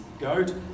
goat